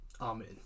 Amen